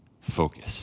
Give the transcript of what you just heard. focus